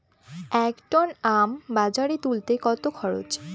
এক টন আম বাজারে তুলতে কত খরচ?